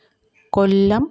കൊല്ലം